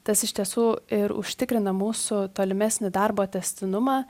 tas iš tiesų ir užtikrina mūsų tolimesnį darbo tęstinumą